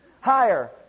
higher